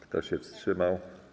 Kto się wstrzymał?